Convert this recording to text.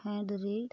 hybrid